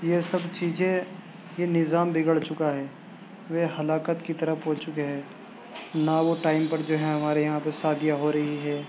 یہ سب چیزیں یہ نظام بگڑ چکا ہے وہ ہلاکت کی طرف ہو چکے ہیں نہ وہ ٹائم پر جو ہے ہمارے یہاں پہ شادیاں ہورہی ہے